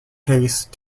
case